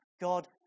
God